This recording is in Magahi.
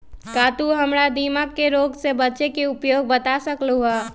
का तू हमरा दीमक के रोग से बचे के उपाय बता सकलु ह?